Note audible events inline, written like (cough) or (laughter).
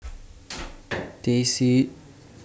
(noise) Teh C (noise)